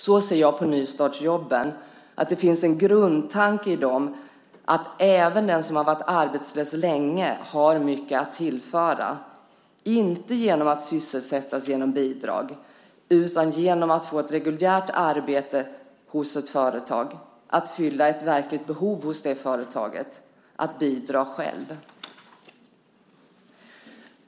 Så ser jag på nystartsjobben. Det finns en grundtanke i dem som är att även den som har varit arbetslös länge har mycket att tillföra, inte genom att sysselsättas genom bidrag utan genom att få ett reguljärt arbete hos ett företag, att fylla ett verkligt behov hos det företaget och att bidra själv.